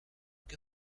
que